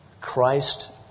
Christ